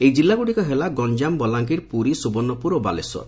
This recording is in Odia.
ଏହି କିଲ୍ଲାଗୁଡ଼ିକହେଲା ଗଞ୍ଞାମ ବଲାଙ୍ଗୀର ପୁରୀ ସୁବର୍ଶ୍ୱପୁର ଓ ବାଲେଶ୍ୱର